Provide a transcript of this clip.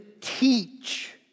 teach